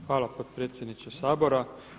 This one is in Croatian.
Hvala potpredsjedniče Sabora.